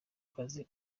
kazi